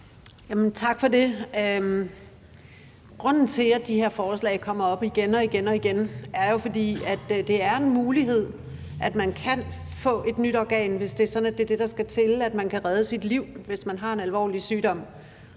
Tak for det. Grunden til, at de her forslag kommer op igen og igen, er jo, at det er en mulighed, at man kan få et nyt organ, hvis det er sådan, at det er det, der skal til for at redde ens liv, hvis man har en alvorlig sygdom.